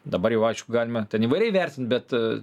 dabar jau aišku galima ten įvairiai vertint bet